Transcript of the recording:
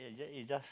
ya it's just